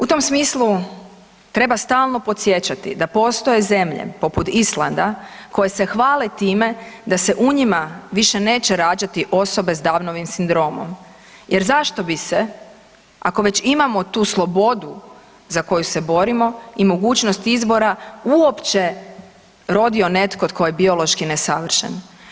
U tom smislu treba stalno podsjećati da postoje zemlje poput Islanda koje se hvale time da se u njima više neće rađati osobe s Downovim sindromom jer zašto bi se ako već imamo tu slobodu za koju se borimo i mogućnost izbora uopće rodio netko tko je biološki nesavršen.